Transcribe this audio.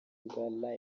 bwa